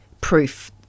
proof